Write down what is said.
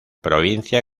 provincia